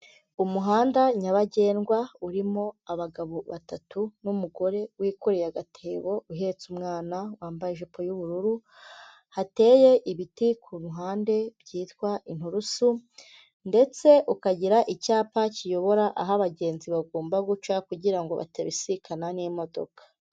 Umuhanda nyabagendwa urimo abagabo batatu n'umugore wikoreye agatebo uhetse umwana wambaye ijipo y'ubururu, hateye ibiti ku ruhande byitwa inturusu, ndetse ukagira icyapa kiyobora aho abagenzi bagomba guca kugira ngo batabisikana n'imodoka.